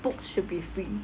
books should be free